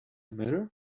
mirror